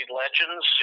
legends